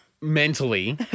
Mentally